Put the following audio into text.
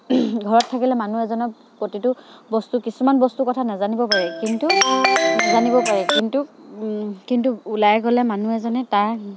ঘৰত থাকিলে মানুহ এজনে প্ৰতিটো বস্তু কিছুমান বস্তুৰ কথা নাজানিব পাৰে কিন্তু জানিব পাৰে কিন্তু কিন্তু ওলাই গ'লে মানুহ এজনে তাৰ